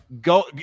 Go